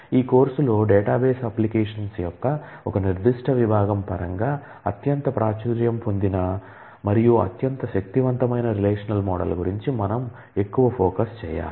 ఈ కోర్సులో database applications గురించి మనం ఎక్కువ ఫోకస్ చేయాలి